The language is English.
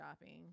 shopping